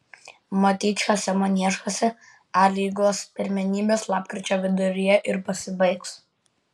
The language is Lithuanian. matyt šiuose maniežuose a lygos pirmenybės lapkričio viduryje ir pasibaigs